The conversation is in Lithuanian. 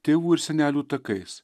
tėvų ir senelių takais